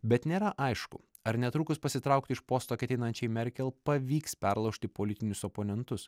bet nėra aišku ar netrukus pasitraukti iš posto ketinančiai merkel pavyks perlaužti politinius oponentus